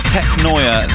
Technoia